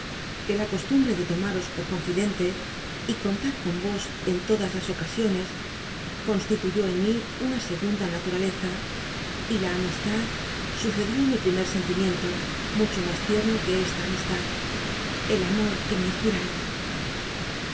que la costumbre de tommos por confidente y con tar con vos en todas las ocasiones constituyó en mí una segunda naturaleza y la amistad sucedió á mi primer sentimiento mucho mas tiemo que esta misma amistad el amor que me inspil'ais